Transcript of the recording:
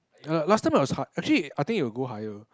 err late time it was hard actually I think it will go higher